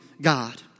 God